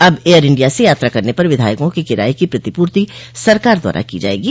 अब Air India से यात्रा करने पर विधायकों के किराये की प्रतिपूर्ति सरकार द्वारा की जायेगी